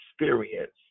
experience